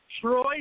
Troy